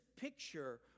picture